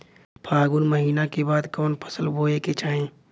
फागुन महीना के बाद कवन फसल बोए के चाही?